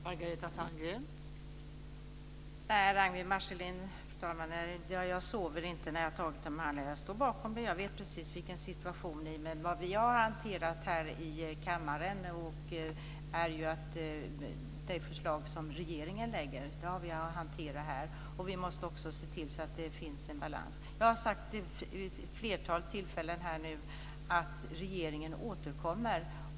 Fru talman! Nej, Ragnwi Marcelind, jag sov inte när vi antog de här handlingarna. Jag står bakom dem. Jag vet precis hur situationen ser ut. Men här i kammaren hanterar vi det förslag som regeringen lägger fram. Vi måste också se till så att det finns en balans. Jag har vid ett flertal tillfällen sagt att regeringen återkommer.